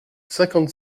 cinquante